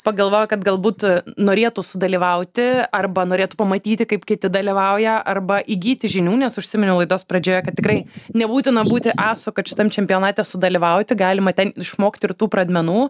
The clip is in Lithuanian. pagalvojo kad galbūt norėtų sudalyvauti arba norėtų pamatyti kaip kiti dalyvauja arba įgyti žinių nes užsiminiau laidos pradžioje kad tikrai nebūtina būti asu kad šitam čempionate sudalyvauti galima išmokti ir tų pradmenų